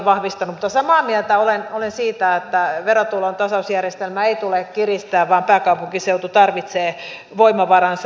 mutta samaa mieltä olen siitä että verotulon tasausjärjestelmää ei tule kiristää vaan pääkaupunkiseutu tarvitsee voimavaransa